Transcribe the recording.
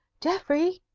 geoffrey!